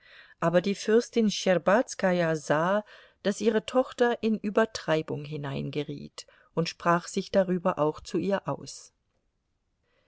aber die fürstin schtscherbazkaja sah daß ihre tochter in übertreibung hineingeriet und sprach sich darüber auch zu ihr aus